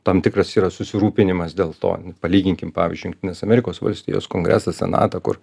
tam tikras yra susirūpinimas dėl to palyginkim pavyzdžiui jungtines amerikos valstijas kongresą senatą kur